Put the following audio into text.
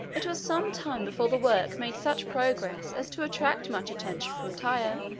it was some time before the work made such progress as to attract much attention from tyre.